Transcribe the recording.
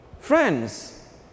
Friends